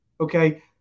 Okay